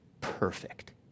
perfect